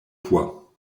poids